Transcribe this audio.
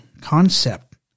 concept